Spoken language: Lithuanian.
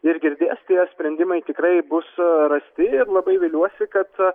ir girdės tie sprendimai tikrai bus rasti ir labai viliuosi kad